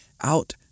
out